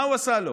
מה הוא עשה לו?